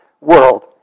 world